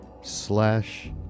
slash